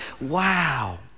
wow